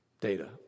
Data